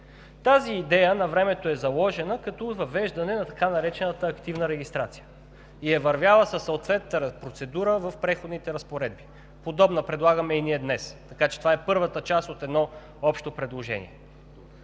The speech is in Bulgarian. Тази идея навремето е заложена като въвеждане на така наречената „активна регистрация“ и е вървяла със съответната процедура в Преходните разпоредби. Подобна идея предлагаме и ние днес, така че това е първата част от едно общо предложение.